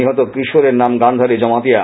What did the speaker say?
নিহত কিশোরের নাম গান্ধারী জমাতিয়া